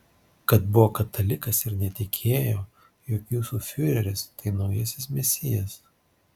kad buvo katalikas ir netikėjo jog jūsų fiureris tai naujasis mesijas